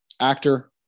actor